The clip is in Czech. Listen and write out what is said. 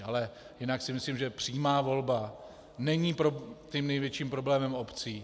Ale jinak si myslím, že přímá volba není tím největším problémem obcí.